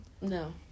No